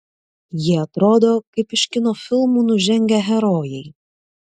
jie atrodo kaip iš kino filmų nužengę herojai